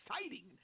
exciting